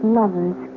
lovers